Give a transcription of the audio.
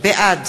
בעד